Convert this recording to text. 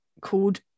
called